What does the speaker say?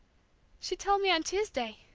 she told me on tuesday.